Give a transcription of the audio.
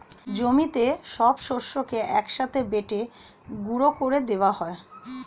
জমিতে সব শস্যকে এক সাথে বেটে গুঁড়ো করে দেওয়া হয়